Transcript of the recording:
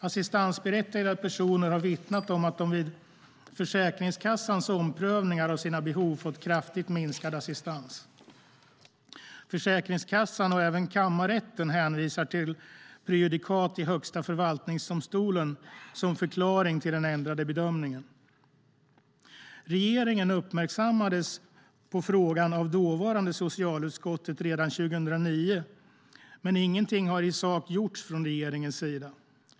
Assistansberättigade personer har vittnat om att de vid Försäkringskassans omprövningar av sina behov fått kraftigt minskad assistans. Försäkringskassan och även kammarrätten hänvisar till prejudikat i Högsta förvaltningsdomstolen som förklaring till den ändrade bedömningen. Regeringen uppmärksammades på frågan av dåvarande socialutskottet redan 2009, men ingenting har i sak gjorts från regeringens sida.